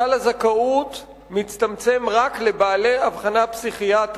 סל הזכאות מצטמצם רק לבעלי אבחנה פסיכיאטרית,